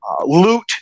Loot